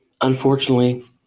Unfortunately